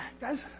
guys